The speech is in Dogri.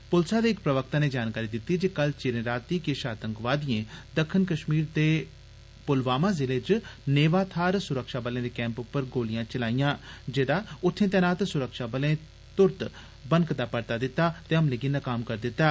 पुलसै दे इक प्रवक्ता नै जानकारी दिती ऐ जे कल चिरें राती किश आतंकवादिएं दक्खनी कश्मीर दे पुलवामा ज़िले च नेवा थाहर सुरक्षाबलें दे कैंप पर गोलियां चलाईयां जेदा उत्थे तैनात सुरक्षाबलें तुरत परता दित्ता ते हमले गी नकाम करी दित्ता